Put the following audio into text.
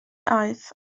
aeth